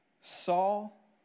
Saul